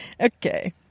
Okay